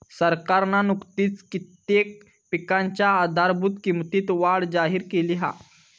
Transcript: सरकारना नुकतीच कित्येक पिकांच्या आधारभूत किंमतीत वाढ जाहिर केली हा